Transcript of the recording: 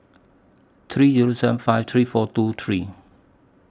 three Zero seven five three four two three